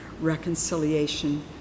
reconciliation